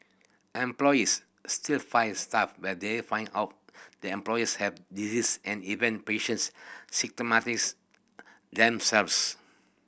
employers still fire staff when they find out the employees have disease and even patients stigmatise themselves